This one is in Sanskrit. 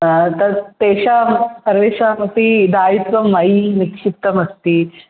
तत् तेषां सर्वेषामपि दायित्वं मयि निक्षिप्तमस्ति